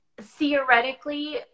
Theoretically